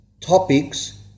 topics